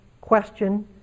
question